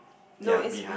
ya behind